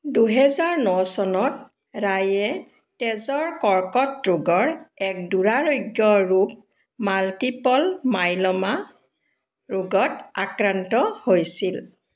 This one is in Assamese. দুহেজাৰ ন চনত ৰায়ে তেজৰ কৰ্কট ৰোগৰ এক দুৰাৰোগ্য ৰূপ মাল্টিপল মাইল'মা ৰোগত আক্ৰান্ত হৈছিল